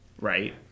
right